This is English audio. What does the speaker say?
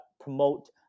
promote